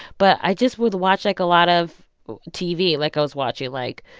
but i just would watch, like, a lot of tv. like, i was watching, like,